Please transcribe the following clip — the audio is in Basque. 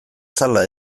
zela